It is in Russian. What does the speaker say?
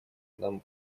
нам